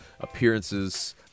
appearances